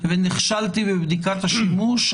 ונכשלתי בבדיקת השימוש,